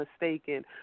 mistaken